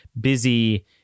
busy